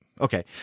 okay